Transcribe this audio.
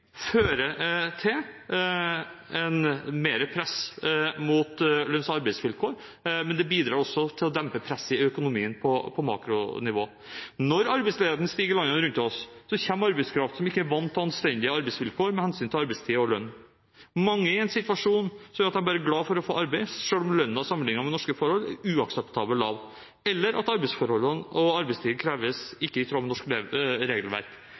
fører til mer press på lønns- og arbeidsvilkår, men det bidrar også til å dempe presset i økonomien på makronivå. Når arbeidsledigheten stiger i landene rundt oss, kommer det arbeidskraft som ikke er vant til anstendige arbeidsvilkår med hensyn til arbeidstid og lønn. Mange er i en situasjon som gjør at de er glad for bare det å få arbeid, selv om lønnen etter norske forhold er uakseptabelt lav, eller arbeidsforholdene – og arbeidstiden som kreves – ikke er i tråd med norsk regelverk.